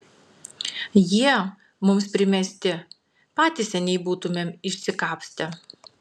jie mums primesti patys seniai būtumėm išsikapstę